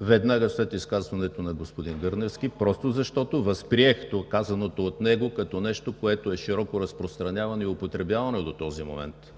веднага след изказването на господин Гърневски, просто защото възприех казаното от него като нещо, което е широко разпространявано и употребявано до този момент.